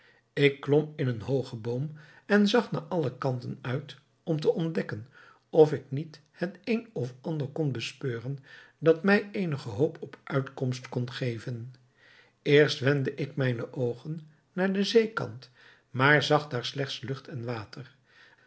ik klom in een hoogen boom en zag naar alle kanten uit om te ontdekken of ik niet het een of ander kon bespeuren dat mij eenige hoop op uitkomst kon geven eerst wendde ik mijne oogen naar den zeekant maar zag daar slechts lucht en water